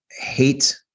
hate